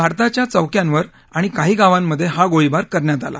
भारताच्या चौक्यांवर आणि काही गावांमधे हा गोळीबार करण्यात आला